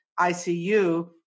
ICU